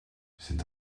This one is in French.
c’est